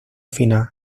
final